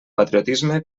patriotisme